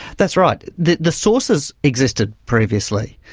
that's right. the the sources existed previously,